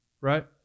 right